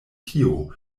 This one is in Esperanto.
tio